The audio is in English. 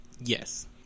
Yes